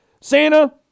Santa